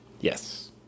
Yes